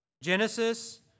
Genesis